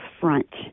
front